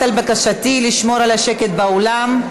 מבקשת לסיים.